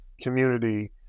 community